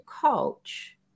coach